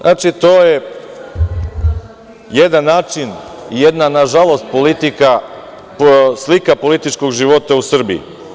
Znači, to je jedan način i jedna nažalost slika političkog života u Srbiji.